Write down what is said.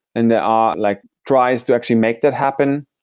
and there are like tries to actually make that happen.